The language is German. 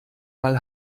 mal